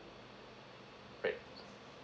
right